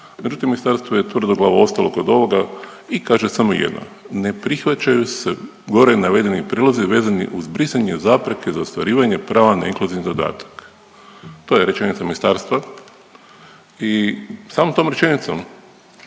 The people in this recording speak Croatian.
međutim ministarstvo je tvrdoglavo ostalo kod ovoga i kaže samo jedno, ne prihvaćaju se gore navedeni prilozi vezani uz brisanje zapreke za ostvarivanje prava na inkluzivni dodatak. To je rečenica ministarstva i samom tom rečenicom